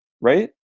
right